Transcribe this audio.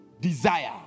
desire